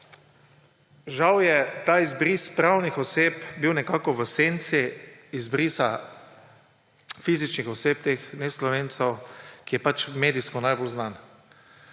žal je ta izbris pravnih oseb bil nekako v senci izbrisa fizičnih oseb, teh Neslovencev, ki je pač medijsko najbolj znan.